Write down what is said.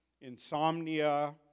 insomnia